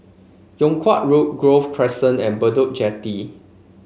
Yung Kuang Road Grove Crescent and Bedok Jetty